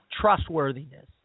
trustworthiness